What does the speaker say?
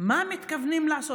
מה מתכוונים לעשות.